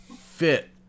fit